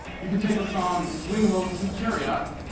you could take the song swing low, sweet chariot,